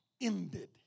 ended